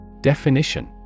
Definition